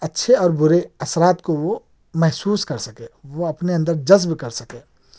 اچھے اور بُرے اثرات کو وہ محسوس کر سکے وہ اپنے اندر جذب کر سکے